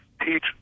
teach